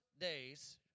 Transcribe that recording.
days